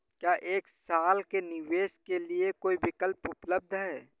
क्या एक साल के निवेश के लिए कोई विकल्प उपलब्ध है?